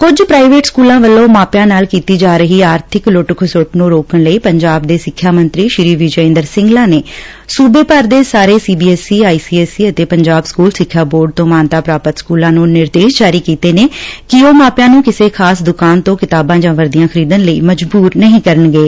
ਕੁਝ ਪ੍ਰਾਈਵੇਟ ਸਕੂਲਾਂ ਵੱਲੋ ਮਾਪਿਆਂ ਨਾਲ ਕੀਤੀ ਜਾਂਦੀ ਆਰਬਿਕ ਲੁੱਟ ਖਸੁੱਟ ਨੂੰ ਰੋਕਣ ਲਈ ਪੰਜਾਬ ਦੇ ਸਿੱਖਿਆ ਮੰਤਰੀ ਸ਼੍ਰੀ ਵਿਜੇ ਇੰਦਰ ਸਿੰਗਲਾ ਨੇ ਸੂਬੇ ਭਰ ਦੇ ਸਾਰੇ ਸੀਬੀਐਸਸੀ ਆਈਸੀਐਸਸੀ ਅਤੇ ਪੰਜਾਬ ਸਕੂਲ ਸਿੱਖਿਆ ਬੋਰਡ ਤੋਂ ਮਾਨਤਾ ਪ੍ਰਾਪਤ ਸਕੂਲਾਂ ਨੂੰ ਨਿਰਦੇਸ਼ ਜਾਰੀ ਕੀਤੇ ਨੇ ਕਿ ਉਹ ਮਾਪਿਆਂ ਨੂੰ ਕਿਸੇ ਖਾਸ ਦੁਕਾਨ ਤੋਂ ਕਿਤਾਬਾਂ ਜਾਂ ਵਰਦੀਆਂ ਖਰੀਦਣ ਲਈ ਮਜਬੁਰ ਨਹੀ ਕਰਣਗੇ